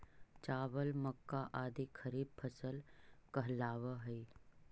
चावल, मक्का आदि खरीफ फसल कहलावऽ हइ